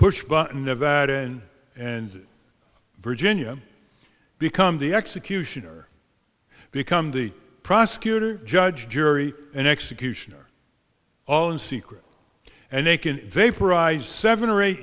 pushbutton of that end and virginia become the executioner become the prosecutor judge jury and executioner all in secret and they can vaporize seven or eight